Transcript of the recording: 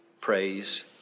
Praise